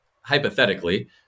hypothetically